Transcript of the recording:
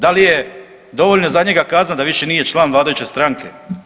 Da li je dovoljna za njega kazna da više nije član vladajuće stranke?